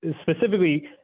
specifically